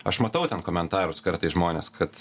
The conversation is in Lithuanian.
aš matau ten komentarus kartais žmonės kad